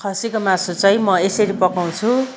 खसीको मासु चाहिँ म यसरी पकाउँछु